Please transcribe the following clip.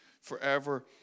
forever